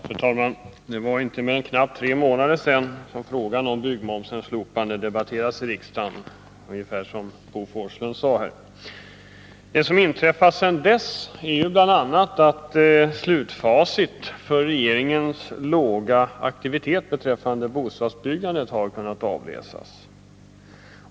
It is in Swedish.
Fru talman! Det är inte mer än knappt tre månader sedan frågan om byggmomsens slopande debatterades i riksdagen, som Bo Forslund sade. Det som inträffat sedan dess är bl.a. att slutfacit för regeringens låga aktivitet beträffande bostadsbyggandet har kunnat avläsas.